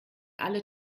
alle